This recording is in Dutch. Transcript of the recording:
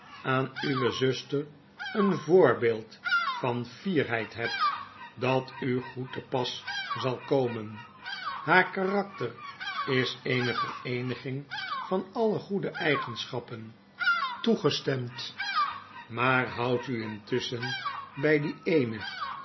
aan uwe zuster een voorbeeld van fierheid hebt dat u goed te pas zal komen haar karakter is eene vereeniging van alle goede eigenschappen toegestemd maar houd u intusschen by die eene